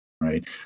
right